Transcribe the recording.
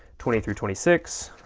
twenty through twenty six,